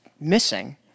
missing